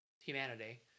humanity